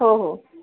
हो हो